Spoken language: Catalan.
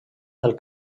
del